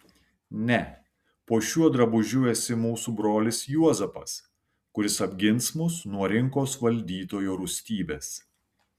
ne po šiuo drabužiu esi mūsų brolis juozapas kuris apgins mus nuo rinkos valdytojo rūstybės